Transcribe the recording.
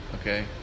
Okay